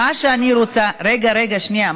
מה שאני רוצה, רגע, רגע, שנייה.